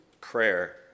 prayer